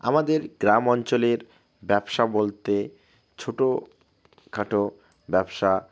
আমাদের গ্রাম অঞ্চলের ব্যবসা বলতে ছোটোখাটো ব্যবসা